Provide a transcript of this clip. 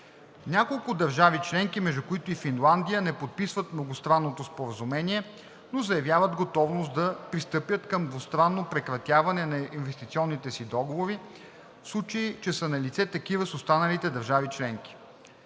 Няколко държави членки, между които и Финландия, не подписват Многостранното споразумение, но заявяват готовност да пристъпят към двустранно прекратяване на инвестиционните си договори, в случай че са налице такива с останалите държави членки.